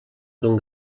d’un